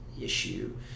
issue